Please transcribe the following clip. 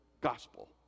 gospel